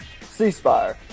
Ceasefire